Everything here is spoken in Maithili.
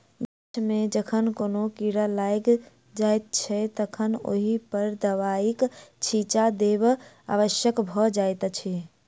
गाछ मे जखन कोनो कीड़ा लाग लगैत छै तखन ओहि पर दबाइक छिच्चा देब आवश्यक भ जाइत अछि